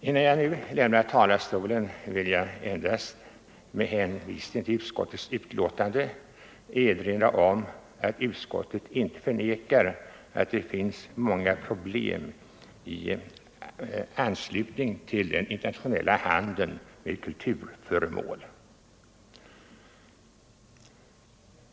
Innan jag lämnar talarstolen vill jag med hänvisning till utskottets betänkande erinra om att utskottet inte förnekar att det finns många problem i anslutning till den internationella handeln med kulturföremål.